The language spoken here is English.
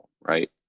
right